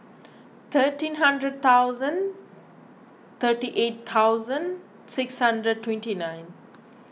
thirteen hundred thousand thirty eight thousand six hundred twenty nine